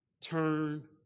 turn